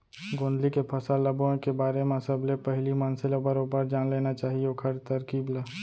गोंदली के फसल ल बोए के बारे म सबले पहिली मनसे ल बरोबर जान लेना चाही ओखर तरकीब ल